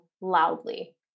loudly